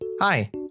Hi